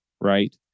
right